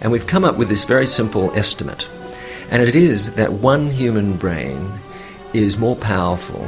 and we've come up with this very simple estimate and it it is that one human brain is more powerful